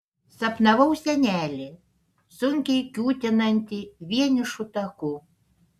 sapnavau senelį sunkiai kiūtinantį vienišu taku